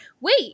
wait